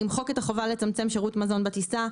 למחוק את החובה לצמצם שירות מזון בטיסה,